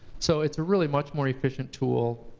so it's a really much more efficient tool.